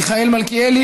חבר הכנסת מיכאל מלכיאלי,